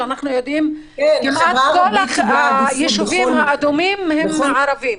אנחנו יודעים שכמעט כל הישובים האדומים הם ערביים.